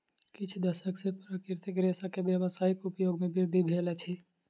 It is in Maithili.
किछ दशक सॅ प्राकृतिक रेशा के व्यावसायिक उपयोग मे वृद्धि भेल अछि